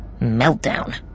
meltdown